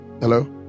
Hello